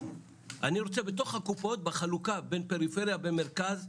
אני רוצה בתוך הקופות בחלוקה בין פריפריה במרכז,